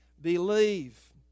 believe